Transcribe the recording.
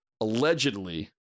allegedly